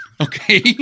Okay